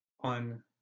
on